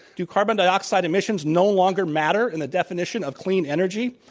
do carbon dioxide emissions no longer matter in the definition of clean energy?